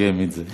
את חופר השוחות.